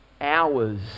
hours